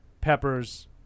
Peppers